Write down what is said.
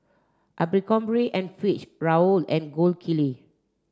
Abercrombie and Fitch Raoul and Gold Kili